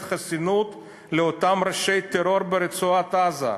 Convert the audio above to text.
חסינות לאותם ראשי טרור ברצועת-עזה,